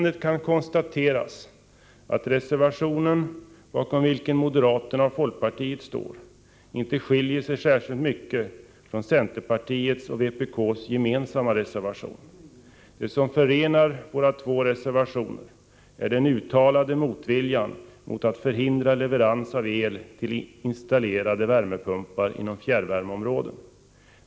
Den reservation bakom vilken moderaterna och folkpartiet står skiljer sig inte särskilt mycket från centerpartiets och vpk:s gemensamma reservation. Det som förenar dessa två reservationer är den uttalade motviljan mot att hindra leverans av el till installerade värmepumpar inom fjärrvärmeområden.